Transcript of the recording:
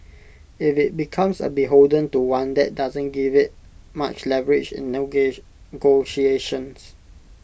if IT becomes beholden to one that doesn't give IT much leverage in negotiations